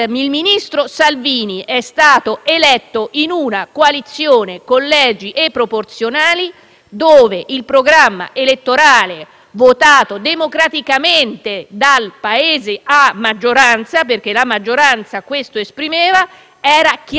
il cui programma elettorale, votato democraticamente dal Paese a maggioranza, perché la maggioranza questo esprimeva, era chiarissimo riguardo al blocco degli sbarchi e al fatto che